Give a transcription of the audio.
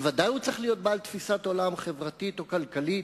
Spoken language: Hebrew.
בוודאי הוא צריך להיות בעל תפיסת עולם חברתית או כלכלית,